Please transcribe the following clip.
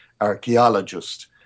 archaeologist